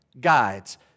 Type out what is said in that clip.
guides